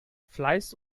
fleiß